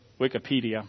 Wikipedia